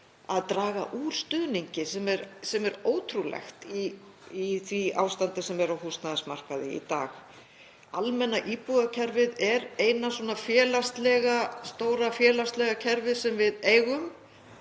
að draga úr stuðningi sem er ótrúlegt í því ástandi sem er á húsnæðismarkaði í dag. Almenna íbúðakerfið er eina stóra, félagslega kerfið sem við eigum